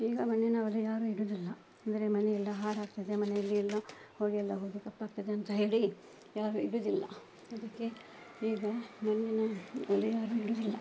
ಈಗ ಮಣ್ಣಿನ ಒಲೆ ಯಾರು ಇಡುವುದಿಲ್ಲ ಅಂದರೆ ಮನೆಯೆಲ್ಲ ಹಾಳಾಗ್ತದೆ ಮನೆಯಲ್ಲಿ ಎಲ್ಲ ಹೊಗೆಯೆಲ್ಲ ಹೋಗಿ ಕಪ್ಪಾಗ್ತದೆ ಅಂತ ಹೇಳಿ ಯಾರು ಇಡುವುದಿಲ್ಲ ಅದಕ್ಕೆ ಈಗ ಮಣ್ಣಿನ ಒಲೆ ಯಾರು ಇಡುವುದಿಲ್ಲ